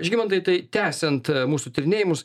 žygimantai tai tęsiant mūsų tyrinėjimus